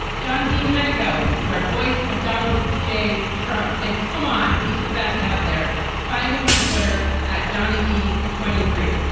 john de dominico is our voice of donald j. trump. and come on. he's the best out there. find him on twitter at johnny d. twenty three.